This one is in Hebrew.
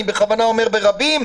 אני בכוונה אומר ברבים.